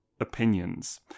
Opinions